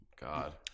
god